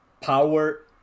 power